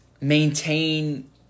maintain